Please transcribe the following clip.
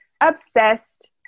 obsessed